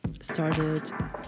started